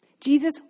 Jesus